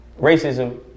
Racism